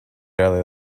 early